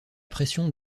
pression